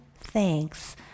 thanks